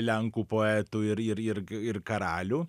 lenkų poetų ir ir irg ir karalių